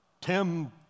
Tim